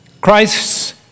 Christ's